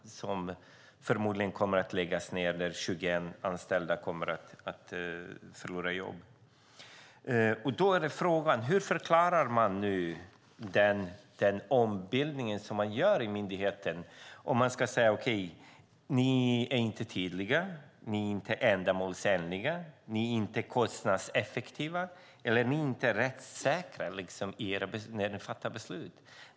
Sektionen kommer förmodligen att läggas ned, och 21 anställda kommer att förlora sina jobb. Hur förklarar man nu den ombildning som görs i myndigheten? Säger man att de inte är tydliga, ändamålsenliga, kostnadseffektiva eller rättssäkra i beslutsfattandet?